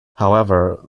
however